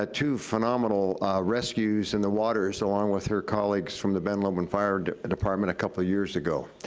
ah two phenomenal rescues in the waters, along with her colleagues from the ben lomond fire and department a couple of years ago.